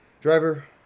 Driver